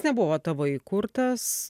nebuvo tavo įkurtas